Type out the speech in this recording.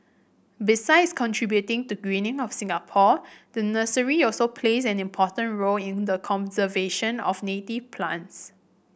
besides contributing to the greening of Singapore the nursery also plays an important role in the conservation of native plants